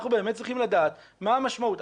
אנחנו באמת צריכים לדעת מה המשמעות.